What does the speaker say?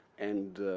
and